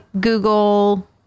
Google